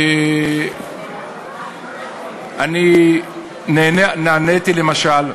אני נעניתי, למשל,